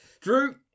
Drew